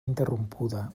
interrompuda